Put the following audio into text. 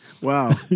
Wow